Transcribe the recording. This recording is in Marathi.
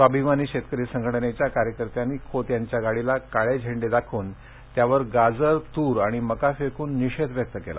स्वाभिमानी शेतकरी संघटनेच्या कार्यकर्त्यांनी खोत यांच्या गाडीला काळे झेंडे दाखवून त्यावर गाजर तूर आणि मका फेकून निषेध व्यक्त केला